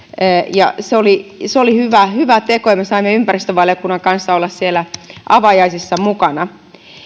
se oli se oli hyvä teko ja me saimme ympäristövaliokunnan kanssa olla siellä avajaisissa mukana